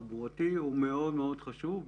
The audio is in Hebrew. התחברותי הוא מאוד מאוד חשוב,